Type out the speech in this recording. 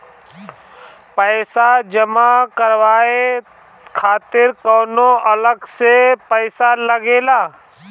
पईसा जमा करवाये खातिर कौनो अलग से पईसा लगेला?